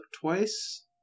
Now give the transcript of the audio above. twice